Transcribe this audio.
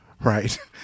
right